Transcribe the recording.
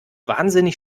wahnsinnig